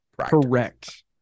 Correct